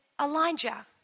Elijah